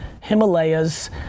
Himalayas